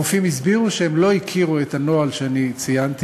הרופאים הסבירו שהם לא הכירו את הנוהל שאני ציינתי